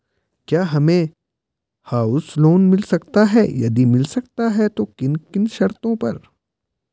क्या हमें house loan मिल सकता है यदि मिल सकता है तो किन किन शर्तों पर?